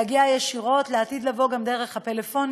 להגיע ישירות, ולעתיד לבוא, גם דרך הפלאפונים.